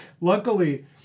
luckily